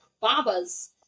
babas